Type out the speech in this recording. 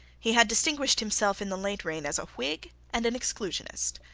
he had distinguished himself in the late reign as a whig and an exclusionist.